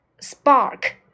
spark